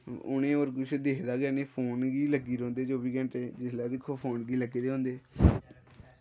उ'नें होर कुछ दिक्खदा गै निं फोन गी लग्गी रौंह्दे चौबी घैंटें जिसलै दिक्खो फोन गी लग्गे दे होंदे